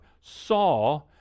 saw